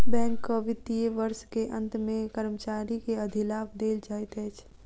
बैंकक वित्तीय वर्ष के अंत मे कर्मचारी के अधिलाभ देल जाइत अछि